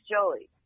Joey